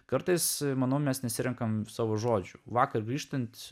kartais manau mes nesirenkame savo žodžių vakar grįžtant